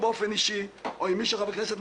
האירוע היה